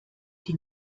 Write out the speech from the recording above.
die